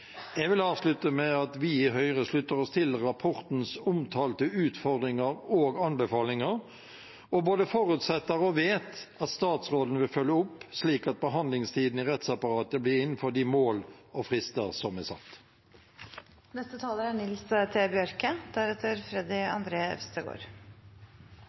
Jeg vil avslutte med at vi i Høyre slutter oss til rapportens omtale av utfordringer og anbefalinger, og vi både forutsetter og vet at statsråden vil følge opp, slik at behandlingstiden i rettsapparatet blir innenfor de mål og frister som er satt.